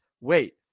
wait